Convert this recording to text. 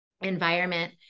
environment